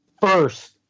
first